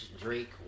Drake